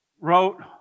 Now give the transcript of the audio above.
wrote